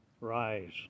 Rise